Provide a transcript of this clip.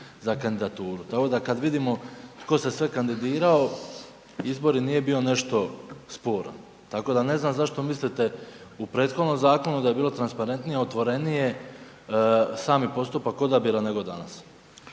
za kandidaturu. Tako da, kad vidimo tko se sve kandidirao, izbor i nije bio nešto sporan. Tako da ne znam zašto mislite u prethodnom zakonu da je bilo transparentnije, otvorenije, sami postupak odabira nego danas.